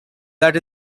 that